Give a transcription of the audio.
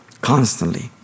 Constantly